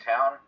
town